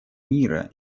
мира